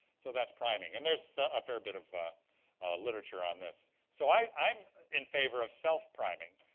so that's priming. and there's a fair bit of literature on this. so i am in favor of self-priming.